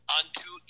unto